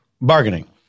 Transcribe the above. Bargaining